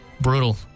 Brutal